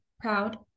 proud